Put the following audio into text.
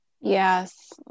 Yes